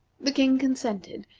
the king consented,